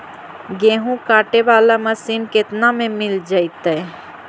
गेहूं काटे बाला मशीन केतना में मिल जइतै?